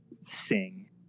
sing